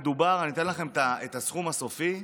אני אתן לכם את הסכום הסופי,